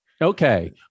Okay